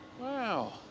Wow